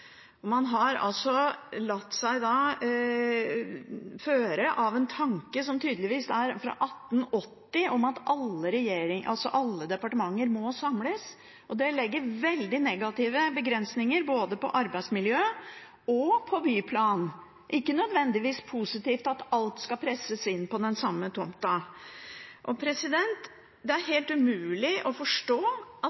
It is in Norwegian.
Man har latt seg føre av en tanke, som tydeligvis er fra 1880, om at alle departementer må samles. Det legger veldig negative begrensninger både på arbeidsmiljøet og på byplanen. Det er ikke nødvendigvis positivt at alt skal presses inn på den samme tomta. Det er